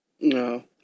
No